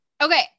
Okay